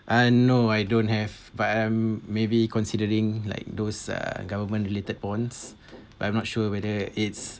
and no I don't have but I'm maybe considering like those uh government related bonds but I'm not sure whether it's